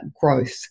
growth